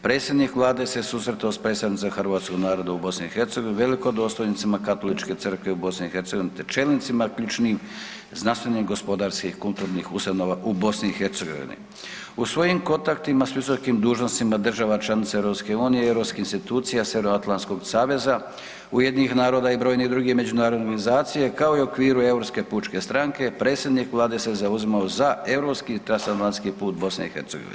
Predsjednik Vlade se susretao s predstavnicima hrvatskog naroda u BiH velikodostojnicima Katoličke crkve u BiH te čelnicima ključnim znanstvenih, gospodarskih i kulturnih ustanova u BiH. u svojim kontaktima s visokim dužnosnicima država članica EU i europskih institucija Sjevernoatlantskog saveza, UN-a i brojnih drugih međunarodnih organizacija kao i u okviru Europske pučke stranke predsjednik Vlade se zauzimao za europski transatlantski put BiH.